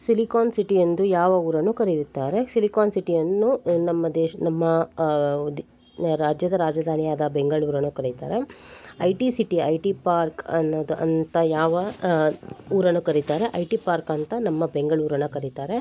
silicone city ಎಂದು ಯಾವ ಊರನ್ನು ಕರೆಯುತ್ತಾರೆ ಸಿಲಿಕಾನ್ ಸಿಟಿಯನ್ನು ನಮ್ಮ ದೇಶ ನಮ್ಮ ದಿ ರಾಜ್ಯದ ರಾಜಧಾನಿಯಾದ ಬೆಂಗಳೂರನ್ನು ಕರೆಯುತ್ತಾರೆ ಐಟಿ ಸಿಟಿ ಐಟಿ ಪಾರ್ಕ್ ಅನ್ನದು ಅಂತ ಯಾವ ಊರನ್ನು ಕರೀತಾರೆ ಐಟಿ ಪಾರ್ಕಂತ ನಮ್ಮ ಬೆಂಗಳೂರನ್ನು ಕರೀತಾರೆ